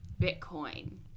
Bitcoin